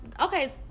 okay